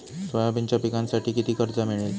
सोयाबीनच्या पिकांसाठी किती कर्ज मिळेल?